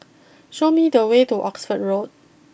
show me the way to Oxford Road